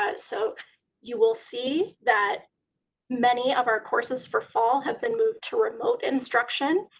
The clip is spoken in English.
ah so you will see that many of our courses for fall have been moved to remote instruction.